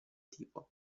tipo